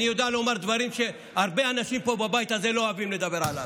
אני יודע לומר דברים שהרבה אנשים פה בבית הזה לא אוהבים לדבר עליהם.